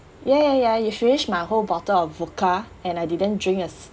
ya ya ya you finished my whole bottle of vodka and I didn't drink a